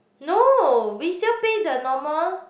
no we still pay the normal